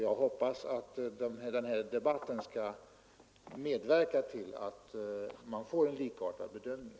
Jag hoppas att den här debatten skall medverka till att man i framtiden får en likartad bedömning.